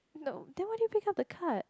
no then why did you pick up the card